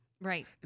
Right